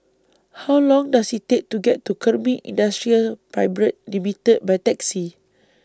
How Long Does IT Take to get to Kemin Industries Private Limited By Taxi